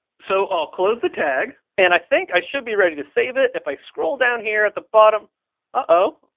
so i'll close the tag. and i think i should be ready to save it if i scroll down here at the bottom. ah oh,